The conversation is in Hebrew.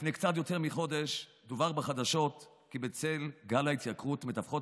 לפני קצת יותר מחודש דֻּווח כי בצל גל ההתייקרות מדווחות